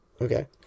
Okay